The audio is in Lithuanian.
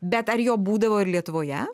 bet ar jo būdavo ir lietuvoje